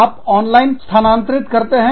आप ऑनलाइन स्थानांतरित करते हैं